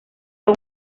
con